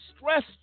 stressed